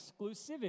exclusivity